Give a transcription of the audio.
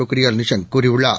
பொக்ரியால் நிஷாங் கூறியுள்ளார்